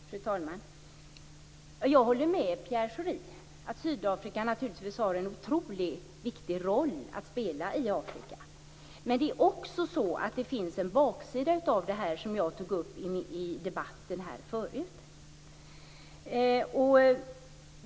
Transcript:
Fru talman! Jag håller med Pierre Schori om att Sydafrika naturligtvis har en otroligt viktig roll att spela i Afrika. Men det är också så att det finns en baksida av det som jag tog upp i debatten här förut.